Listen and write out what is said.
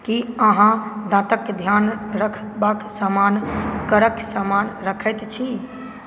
की अहाँ दाँतक ध्यान रखबाक समान करक समान रखैत छी